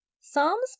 Psalms